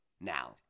now